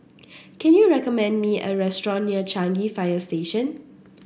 can you recommend me a restaurant near Changi Fire Station